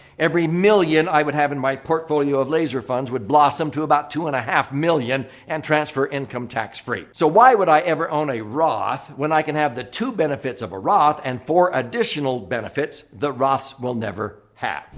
every million i would have in my portfolio of laser funds would blossom to about two and a half million and transfer income tax-free. so, why would i ever own a roth when i can have the two benefits of a roth and four additional benefits the roths will never have?